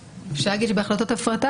אפשר להגיד שלפעמים החלטת הפרטה,